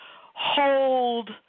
hold